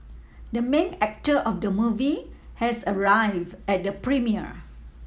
the main actor of the movie has arrived at the premiere